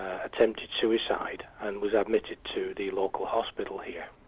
ah attempted suicide, and was admitted to the local hospital here.